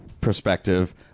perspective